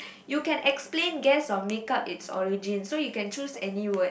you can explain guess or makeup its origin so you can choose any words